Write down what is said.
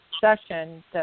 session